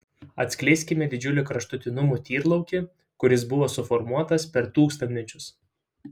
atskleisime didžiulį kraštutinumų tyrlaukį kuris buvo suformuotas per tūkstantmečius